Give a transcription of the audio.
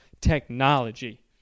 technology